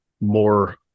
more